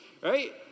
right